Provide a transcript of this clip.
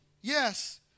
yes